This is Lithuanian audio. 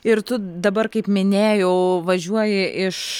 ir tu dabar kaip minėjau važiuoji iš